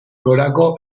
gorako